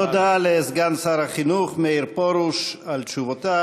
תודה לסגן שר החינוך מאיר פרוש על תשובותיו.